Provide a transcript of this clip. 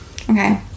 Okay